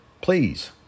Please